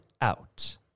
OUT